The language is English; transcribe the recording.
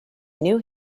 knew